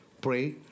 pray